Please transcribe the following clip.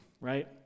right